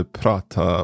prata